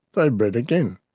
they've bred again.